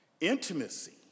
intimacy